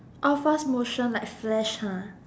oh fast motion like flash ha